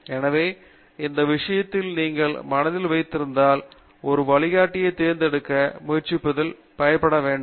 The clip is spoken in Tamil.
எனவே இந்த விஷயங்களை நீங்கள் மனதில் வைத்திருந்தால் ஒரு வழிகாட்டியைத் தேர்ந்தெடுக்க முயற்சிப்பதில் பயப்பட வேண்டாம்